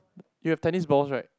you have tennis balls right